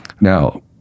Now